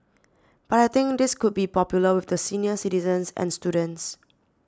but I think this could be popular with the senior citizens and students